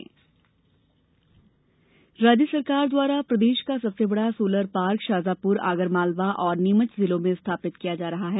solar park राज्य सरकार द्वारा प्रदेश का सबसे बड़ा सोलर पार्क शाजापुर आगर मालवा और नीमच जिलों में स्थापित किया जा रहा है